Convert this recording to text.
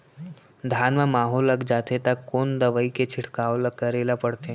धान म माहो लग जाथे त कोन दवई के छिड़काव ल करे ल पड़थे?